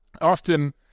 Often